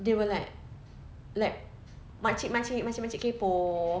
they were like like makcik makcik makcik kaypoh